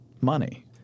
money